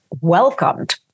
welcomed